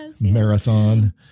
marathon